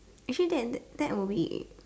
actually that that would be